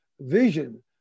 vision